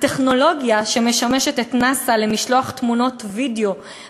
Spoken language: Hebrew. הטכנולוגיה שמשמשת את נאס"א למשלוח תמונות וידיאו